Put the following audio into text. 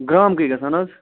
gram کٔہۍ گژھان اَز